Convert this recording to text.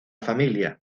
familia